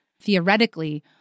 theoretically